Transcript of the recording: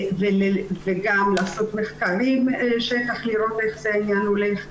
וגם לעשות מחקרי שטח לראות איך העניין הולך,